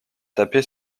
taper